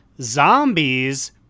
Zombies